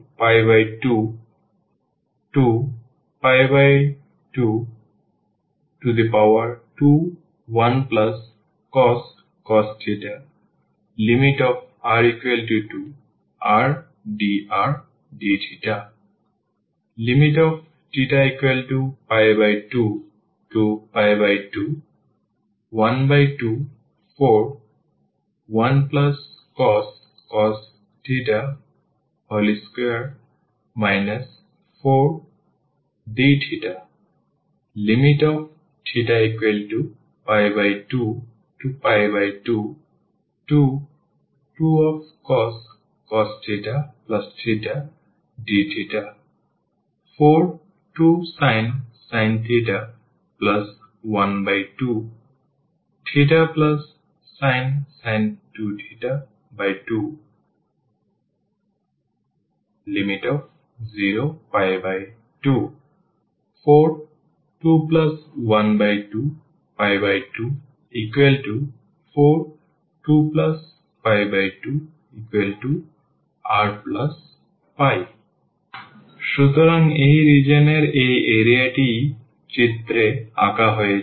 θ2π2r221cos rdrdθ θ2π21241cos 2 4 dθ θ2π222cos dθ 42sin 12θsin 2θ 20π2 421224248π সুতরাং এই region এর এই এরিয়াটিই চিত্রে আঁকা হয়েছে